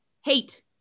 Hate